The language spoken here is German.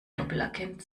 doppelagent